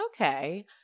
okay